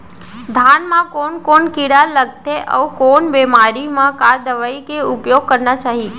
धान म कोन कोन कीड़ा लगथे अऊ कोन बेमारी म का दवई के उपयोग करना चाही?